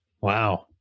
Wow